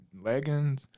leggings